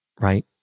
Right